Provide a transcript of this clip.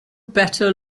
better